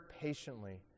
patiently